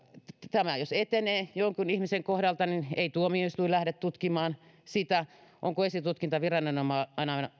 tämä etenee jonkun ihmisen kohdalta niin ei tuomioistuin lähde tutkimaan sitä onko esitutkintaviranomainen